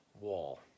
wall